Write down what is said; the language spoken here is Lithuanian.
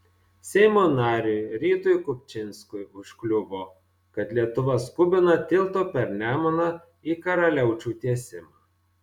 seimo nariui rytui kupčinskui užkliuvo kad lietuva skubina tilto per nemuną į karaliaučių tiesimą